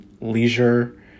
leisure